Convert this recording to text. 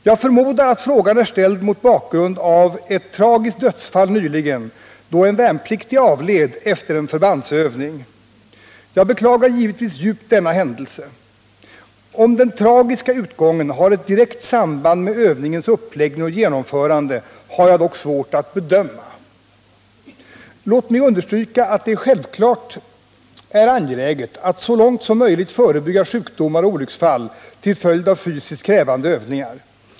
Jag förmodar att frågan är ställd mot bakgrund av ett tragiskt dödsfall nyligen då en värnpliktig avled efter en förbandsövning. Jag beklagar givetvis djupt denna händelse. Om den tragiska utgången har ett direkt samband med övningens uppläggning och genomförande har jag dock svårt att bedöma. Låt mig understryka att det självfallet är angeläget att så långt som möjligt förebygga sjukdomar och olycksfall till följd av fysiskt krävande övningar.